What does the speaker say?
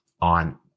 on